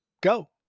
go